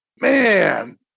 Man